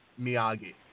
Miyagi